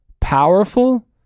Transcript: powerful